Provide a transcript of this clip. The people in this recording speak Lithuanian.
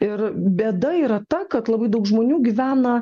ir bėda yra ta kad labai daug žmonių gyvena